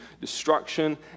destruction